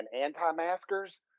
anti-maskers